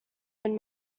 own